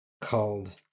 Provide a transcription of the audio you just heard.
called